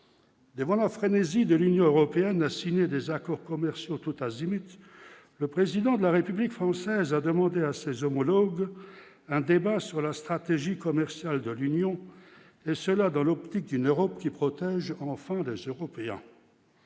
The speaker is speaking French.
Voilà la frénésie de l'Union européenne a signé des accords commerciaux tout azimut, le président de la République française a demandé à ses homologues, un débat sur la stratégie commerciale de l'Union, et cela dans l'optique d'une Europe qui protège enfin des Européens